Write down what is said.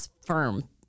firm